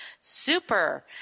Super